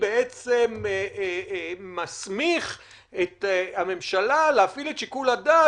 ובעצם מסמיך את הממשלה להפעיל את שיקול הדעת,